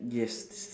yes